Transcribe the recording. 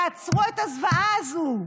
תעצרו את הזוועה הזו.